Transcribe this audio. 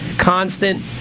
constant